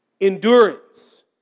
endurance